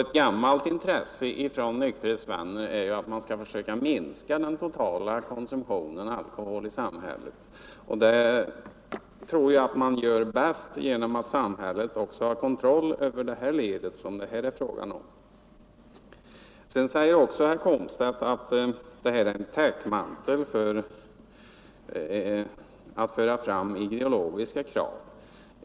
Ett gammalt intresse för nykterhetsvänner är att man skall försöka minska den totala konsumtionen av alkohol i samhället, och det tror jag att man gör bäst genom att samhället också har kontroll över tillverkningsledet. Herr Komstedt säger också att vårt förslag är en täck mantel för ideologiska krav.